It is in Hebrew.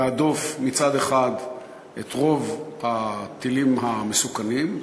להדוף מצד אחד את רוב הטילים המסוכנים,